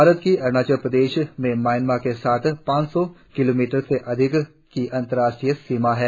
भारत की अरुणाचल प्रदेश में म्यांमा के साथ पांच सौ किलोमीटर से अधिक की अंतरराष्ट्रीय सीमा है